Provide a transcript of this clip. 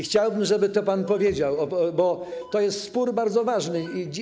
Chciałbym, żeby pan to powiedział, bo to jest spór bardzo ważny.